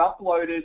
uploaded